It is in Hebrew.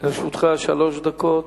לרשותך שלוש דקות.